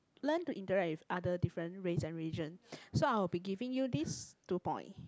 learn to interact with other different race and religion so I'll be giving you this two point